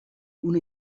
una